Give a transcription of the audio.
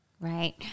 right